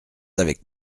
avec